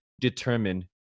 determine